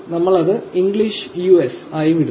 നമ്മൾ അത് English US ആയി വിടുന്നു